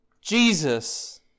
Jesus